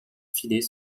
filets